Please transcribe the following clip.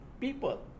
people